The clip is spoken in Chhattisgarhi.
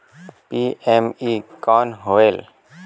पी.एम.ई कौन होयल?